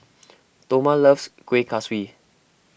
Toma loves Kueh Kaswi